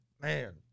man